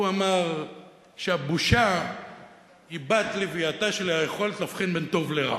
שאמר שהבושה היא בת-לווייתה של היכולת להבחין בין טוב לרע.